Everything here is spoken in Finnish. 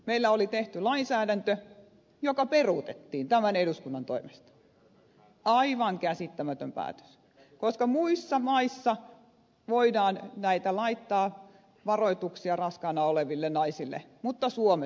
meillä oli tehty lainsäädäntö joka peruutettiin tämän eduskunnan toimesta aivan käsittämätön päätös koska muissa maissa voidaan laittaa näitä varoituksia raskaana oleville naisille mutta suomessa ei